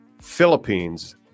Philippines